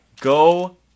Go